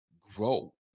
grow